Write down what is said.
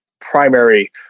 primary